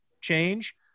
change